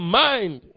mind